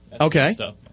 Okay